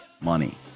money